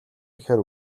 ихээр